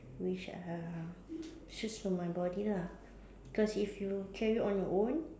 which are suits for my body lah cause if you carry on your own